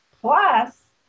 Plus